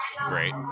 Great